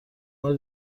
بار